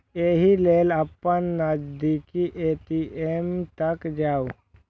एहि लेल अपन नजदीकी ए.टी.एम तक जाउ